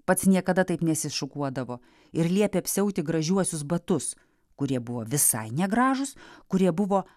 pats niekada taip nesišukuodavo ir liepė apsiauti gražiuosius batus kurie buvo visai negražūs kurie buvo